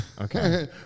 Okay